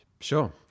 Sure